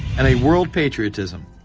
and a world patriotism.